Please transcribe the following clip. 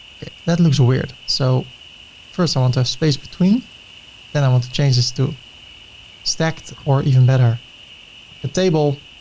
okay. that looks weird. so first i want to have space between then i want to change this to stacked or even better the table,